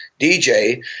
DJ